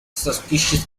suspicious